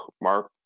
Mark